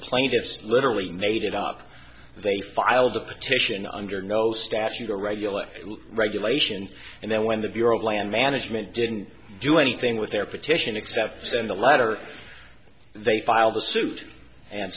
plaintiffs literally made it up they filed the petition under no statute or regular regulation and then when the bureau of land management didn't do anything with their petition except send a letter they filed the suit and